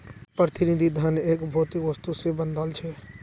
प्रतिनिधि धन एक भौतिक वस्तु से बंधाल छे